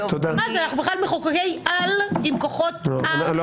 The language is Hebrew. אנחנו מחוקקי על עם כוחות על.